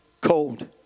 cold